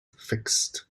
fixed